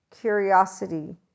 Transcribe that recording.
curiosity